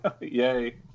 yay